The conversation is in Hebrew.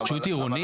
התחדשות עירונית.